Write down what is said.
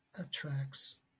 attracts